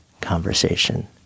conversation